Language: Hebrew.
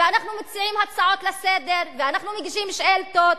ואנחנו מציעים הצעות לסדר-היום ואנחנו מגישים שאילתות.